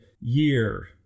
year